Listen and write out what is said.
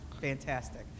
fantastic